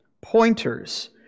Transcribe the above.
pointers